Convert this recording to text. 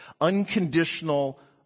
unconditional